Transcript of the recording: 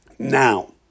Now